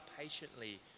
patiently